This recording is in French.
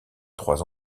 trois